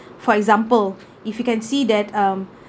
for example if you can see that um